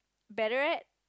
better